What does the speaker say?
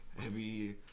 heavy